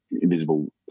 invisible